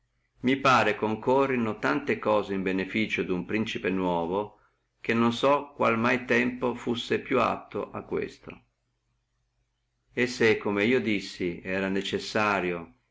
i pare corrino tante cose in benefizio duno principe nuovo che io non so qual mai tempo fussi più atto a questo e se come io dissi era necessario